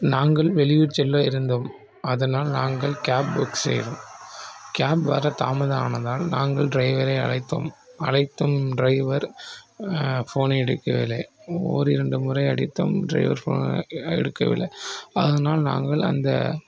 நாங்கள் வெளியூர் செல்ல இருந்தோம் அதனால் நாங்கள் கேப் புக் செய்தோம் கேப் வர தாமதம் ஆனதால் நாங்கள் டிரைவரை அழைத்தோம் அழைத்தும் டிரைவர் ஃபோனை எடுக்கவில்லை ஓரிரண்டு முறை அடித்தும் டிரைவர் ஃபோனை எடுக்கவில்லை அதனால் நாங்கள் அந்த